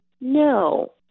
no